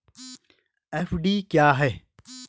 FD क्या है?